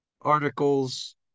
articles